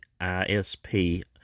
ISP